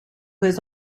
has